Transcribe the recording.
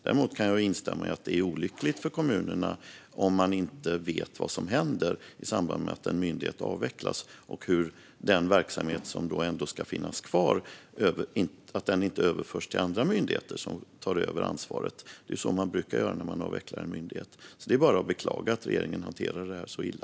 Däremot kan jag instämma i att det är olyckligt för kommunerna om de inte vet vad som händer i samband med att en myndighet avvecklas och om den verksamhet som ändå ska finnas kvar inte överförs till andra myndigheter, som tar över ansvaret. Det är så man brukar göra när man avvecklar en myndighet. Det är alltså bara att beklaga att regeringen hanterar detta så illa.